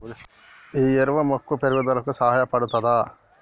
ఈ ఎరువు మొక్క పెరుగుదలకు సహాయపడుతదా?